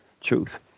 truth